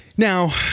Now